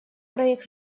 проект